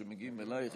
אדוני השר,